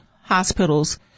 hospitals